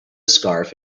scarf